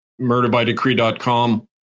MurderbyDecree.com